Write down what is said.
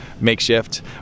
Makeshift